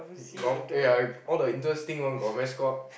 got ya all the interesting one got mascot